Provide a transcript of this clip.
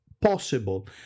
possible